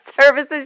services